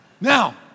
now